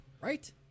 Right